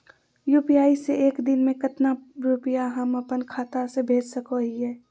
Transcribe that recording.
UPI से एक दिन में कितना रुपैया हम अपन खाता से भेज सको हियय?